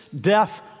death